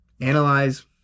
analyze